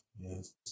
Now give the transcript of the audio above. Yes